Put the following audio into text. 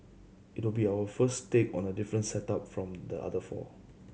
it will be our first take on a different setup from the other four